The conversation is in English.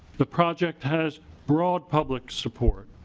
the project has broad public support.